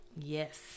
Yes